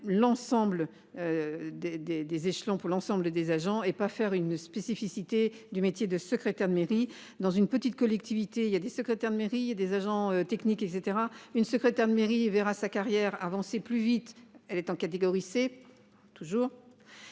Des des des échelons pour l'ensemble des agents et pas faire une spécificité du métier de secrétaire de mairie dans une petite collectivité, il y a des secrétaires de mairie et des agents techniques et etc. Une secrétaire de mairie verra sa carrière avancer plus vite elle est en catégorie c'est toujours.